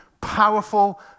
powerful